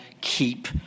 keep